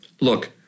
Look